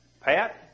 Pat